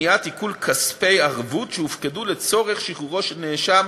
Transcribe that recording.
מניעת עיקול כספי ערבות שהופקדו לצורך שחרורו של נאשם